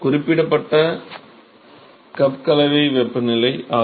குறிப்பிடப்பட்ட வெப்பநிலை கப் கலவை வெப்பநிலை ஆகும்